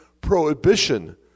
prohibition